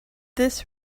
this